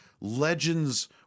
Legends